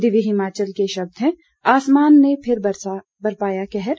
दिव्य हिमाचल के शब्द हैं आसमान से फिर बरसा कहर